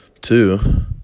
Two